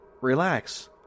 Relax